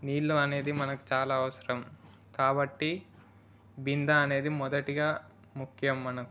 నీళ్ళు అనేది మనకు చాలా అవసరం కాబట్టి బిందె అనేది మొదటిగా ముఖ్యం మనకు